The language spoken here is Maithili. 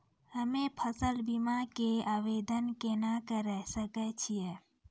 हम्मे फसल बीमा के आवदेन केना करे सकय छियै?